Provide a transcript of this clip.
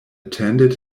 attended